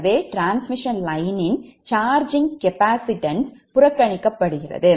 எனவே டிரான்ஸ்மிஷன் lineயின் சார்ஜிங் கொள்ளளவு புறக்கணிக்கப்படுகிறது